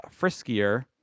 friskier